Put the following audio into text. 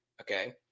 Okay